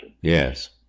Yes